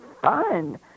fun